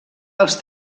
els